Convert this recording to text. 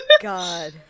God